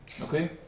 Okay